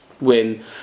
win